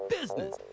business